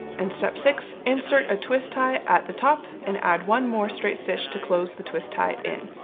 and step six. insert a twist tie at the top and add one more straight stitch to close the twist tie in.